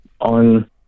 on